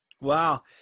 wow